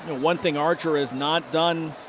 ah one thing archer has not done,